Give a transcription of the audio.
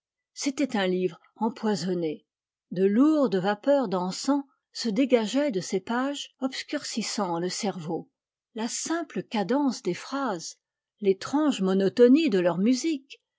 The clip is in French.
c'était un livre empoisonné de lourdes vapeurs d'encens se dégageaient de ses pages obscurcissant le cerveau la simple cadence des phrases l'étrange monotonie de leur musique